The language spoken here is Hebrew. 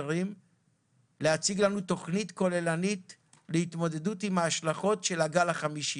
השונים להציג לנו תוכנית כוללת להתמודדות עם ההשלכות של הגל החמישי.